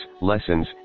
lessons